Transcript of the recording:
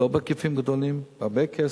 לא בהיקפים גדולים, בהרבה כסף,